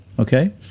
Okay